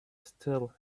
still